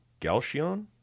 Galchion